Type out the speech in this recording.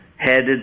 headed